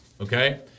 Okay